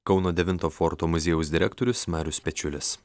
kauno devinto forto muziejaus direktorius marius pečiulis